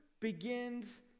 begins